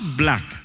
black